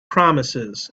promises